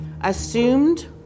assumed